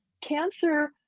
cancer